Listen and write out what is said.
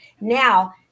Now